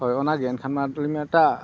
ᱦᱚᱭ ᱚᱱᱟᱜᱮ ᱮᱱᱠᱷᱟᱱ ᱢᱟ ᱟᱞᱤᱧᱢᱟ ᱮᱴᱟᱜᱼᱟᱜ